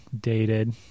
dated